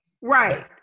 Right